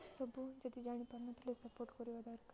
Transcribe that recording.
ସବୁ ଯଦି ଜାଣି ପାରୁ ନଥିଲେ ସପୋର୍ଟ କରିବା ଦରକାର